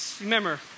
remember